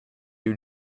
you